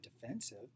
defensive